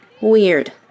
Weird